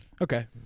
Okay